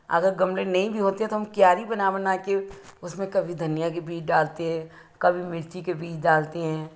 अगर गमले नहीं भी होते हैं तो हम क्यारी बना बना के उसमें कभी धनिया के बीज डालते हैं कभी मिर्ची के बीज डालते हैं